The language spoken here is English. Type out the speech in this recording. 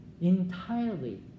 entirely